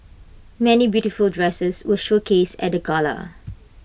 many beautiful dresses were showcased at the gala